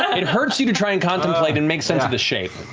it hurts you to try and contemplate and make sense of the shape.